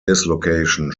dislocation